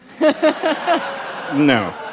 No